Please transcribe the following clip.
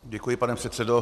Děkuji, pane předsedo.